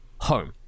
home